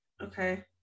Okay